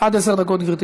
חברי חברי